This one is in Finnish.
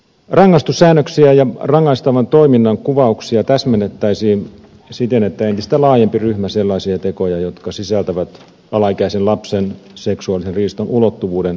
rangaistussäännöksiä ja rangaistavan toiminnan kuvauksia täsmennettäisiin siten että entistä laajempi ryhmä sellaisia tekoja jotka sisältävät alaikäisen lapsen seksuaalisen riiston ulottuvuuden kriminalisoitaisiin